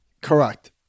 Correct